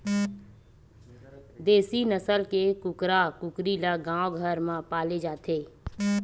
देसी नसल के कुकरा कुकरी ल गाँव घर म पाले जाथे